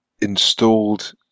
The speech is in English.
installed